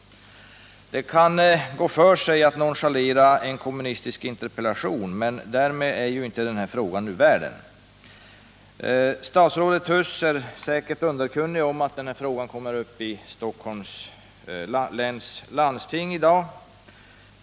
Det kan gå för sig att nonchalera en kommunistisk interpellation, men därmed är ju inte frågan ur världen. Statsrådet Huss är säkert underkunnig om att den här frågan kommer upp i Stockholms läns landsting i dag.